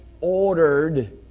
ordered